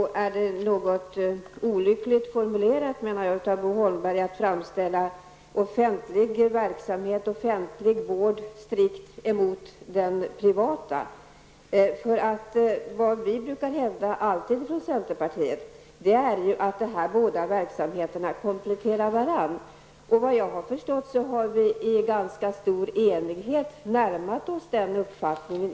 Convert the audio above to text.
Hans sätt att ställa offentlig verksamhet och offentlig vård strikt emot den privata är något olyckligt. Vi brukar alltid hävda att de offentliga och de privata verksamheterna kompletterar varandra. Såvitt jag har förstått har vi i socialutskottet under ganska stor enighet närmat oss den uppfattningen.